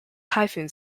typhoon